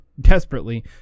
desperately